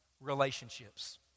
Relationships